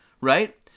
Right